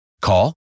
Call